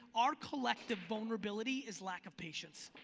our collective vulnerability is lack of patience.